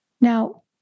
Now